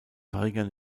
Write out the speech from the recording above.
verringern